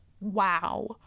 wow